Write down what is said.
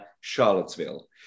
Charlottesville